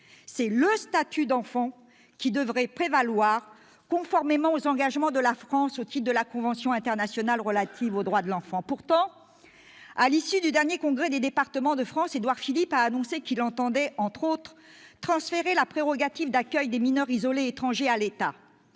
C'est le statut d'enfant qui devrait prévaloir, conformément aux engagements de la France au titre de la convention internationale relative aux droits de l'enfant. Pourtant, à l'issue du dernier congrès des départements de France, Édouard Philippe a annoncé qu'il entendait, entre autres, transférer la prérogative d'accueil des mineurs isolés étrangers à l'État,